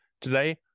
Today